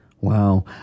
Wow